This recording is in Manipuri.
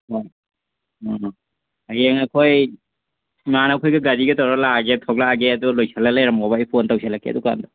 ꯑꯥ ꯑꯥ ꯍꯌꯦꯡ ꯑꯩꯈꯣꯏ ꯏꯃꯥꯟꯅꯕꯈꯩꯏꯒ ꯒꯥꯔꯤꯒ ꯇꯧꯔꯥ ꯂꯥꯛꯑꯥꯒꯦ ꯊꯣꯛꯂꯛꯑꯒꯦ ꯑꯗꯨꯒ ꯂꯣꯏꯁꯤꯜꯂꯒ ꯂꯩꯔꯝꯃꯣꯕ ꯑꯩ ꯀꯣꯜ ꯇꯧꯁꯤꯜꯂꯛꯀꯦ ꯑꯗꯨꯀꯥꯟꯗ